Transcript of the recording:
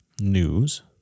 news